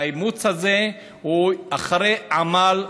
האימוץ הזה הוא אחרי עמל.